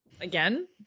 Again